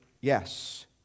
Yes